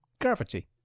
Gravity